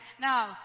Now